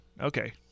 Okay